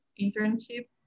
internship